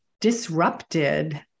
disrupted